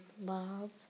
love